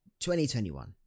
2021